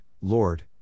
Lord